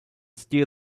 steer